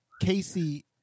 Casey